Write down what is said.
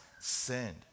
sinned